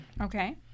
okay